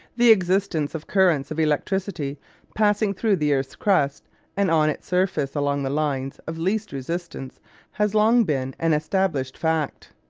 the existence of currents of electricity passing through the earth's crust and on its surface along the lines of least resistance has long been an established fact.